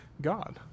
God